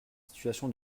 situation